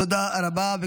תודה רבה.